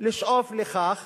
לשאוף לכך